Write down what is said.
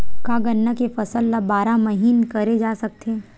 का गन्ना के फसल ल बारह महीन करे जा सकथे?